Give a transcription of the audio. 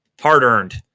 Hard-earned